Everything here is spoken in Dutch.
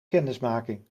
kennismaking